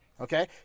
Okay